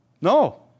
No